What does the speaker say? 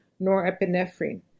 norepinephrine